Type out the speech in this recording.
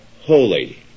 holy